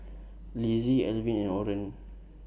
Lizzie Elvin and Orren